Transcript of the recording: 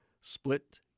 Split